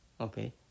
Okay